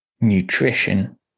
nutrition